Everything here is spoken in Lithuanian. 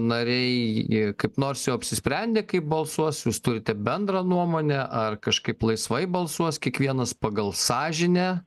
nariai kaip nors jau apsisprendę kaip balsuos jūs turite bendrą nuomonę ar kažkaip laisvai balsuos kiekvienas pagal sąžinę